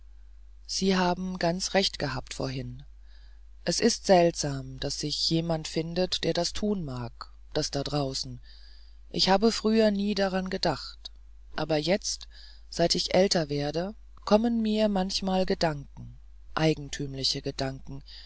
sie haben ganz recht gehabt vorhin es ist seltsam daß sich jemand findet der das tun mag das da draußen ich habe früher nie daran gedacht aber jetzt seit ich älter werde kommen mir manchmal gedanken eigentümliche gedanken